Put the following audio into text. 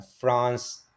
france